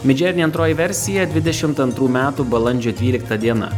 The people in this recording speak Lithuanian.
midjourney antroji versija dvidešimt antrų metų balandžio dvylikta diena